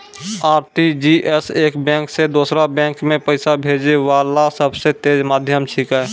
RTGS एक bank से दोसरो बैंक मे पैसा भेजै वाला सबसे तेज माध्यम छिकै